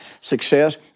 success